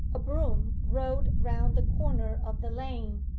a brougham rolled round the corner of the lane,